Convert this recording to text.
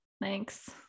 Thanks